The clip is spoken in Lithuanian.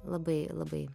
labai labai